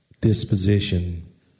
disposition